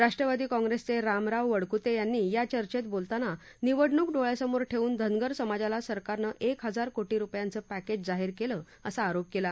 राष्ट्रवादी काँप्रेसचे रामराव वडकुते यांनी या चर्चेत बोलताना निवडणूक डोळ्यासमोर ठेऊन धनगर समाजाला सरकारनं एक हजार कोटी रुपयांचं पॅकेज जाहीर केलं असा आरोप केला